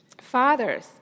Fathers